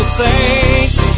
saints